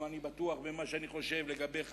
אבל אני בטוח במה שאני חושב לגביך,